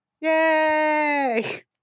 Yay